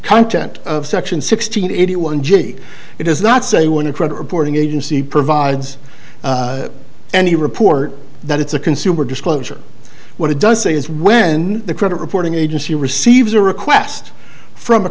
content of section sixteen eighty one g it does not say when a credit reporting agency provides any report that it's a consumer disclosure what it does say is when the credit reporting agency receives a request from a